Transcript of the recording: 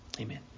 Amen